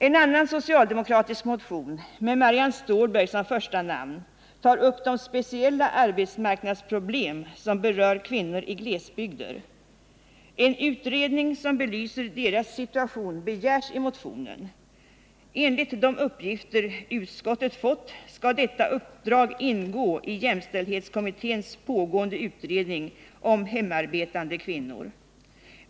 En annan socialdemokratisk motion med Marianne Stålberg som första namn tar upp de speciella arbetsmarknadsproblem som berör kvinnor i glesbygder. En utredning som belyser deras situation begärs i motionen. Enligt de uppgifter utskottet fått skall detta uppdrag ingå i jämställdhetskommitténs pågående utredning om hemarbetande kvinnor.